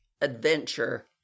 Adventure